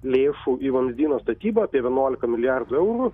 lėšų į vamzdyno statybą apie vienuoliką milijardų eurų